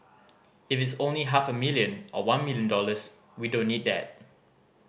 if it is only half a million or one million dollars we don't need that